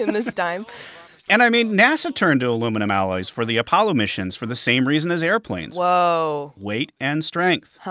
and this time and, i mean, nasa turned to aluminum alloys for the apollo missions for the same reason as airplanes. whoa. weight and strength,